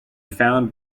found